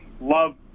love